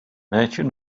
nature